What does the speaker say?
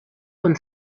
von